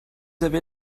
avez